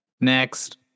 Next